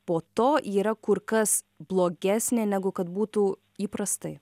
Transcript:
po to ji yra kur kas blogesnė negu kad būtų įprastai